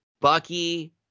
Bucky